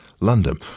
London